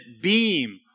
beam